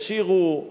ישירו,